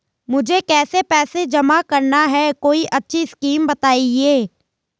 मुझे कुछ पैसा जमा करना है कोई अच्छी स्कीम बताइये?